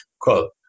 quote